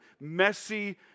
messy